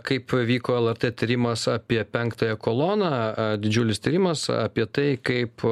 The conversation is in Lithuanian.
kaip vyko lrt tyrimas apie penktąją koloną didžiulis tyrimas apie tai kaip